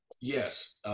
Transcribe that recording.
Yes